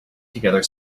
together